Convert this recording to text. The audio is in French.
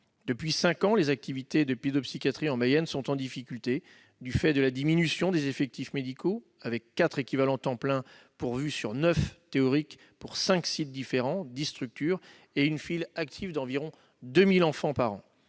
Depuis cinq ans, les activités de pédopsychiatrie en Mayenne sont en difficulté, du fait de la diminution des effectifs médicaux, avec quatre équivalents temps plein (ETP) pourvus sur neuf théoriques pour cinq sites différents, dix structures et une file active d'environ 2 000 enfants par an.